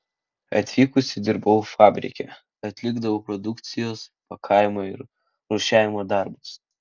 atvykusi dirbau fabrike atlikdavau produkcijos pakavimo ir rūšiavimo darbus